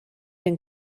den